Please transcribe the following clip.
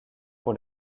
pour